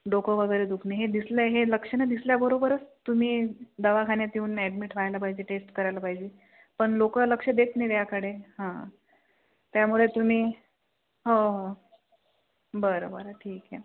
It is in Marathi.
डोकं वगैरे दुखणे हे दिसलंय हे लक्षणं दिसल्याबरोबरच तुम्ही दवाखान्यात येऊन ॲडमिट व्हायला पाहिजे टेस्ट करायला पाहिजे पण लोक लक्ष देत नाहीत याकडे हां त्यामुळे तुम्ही हो हो बरं बरं ठीक आहे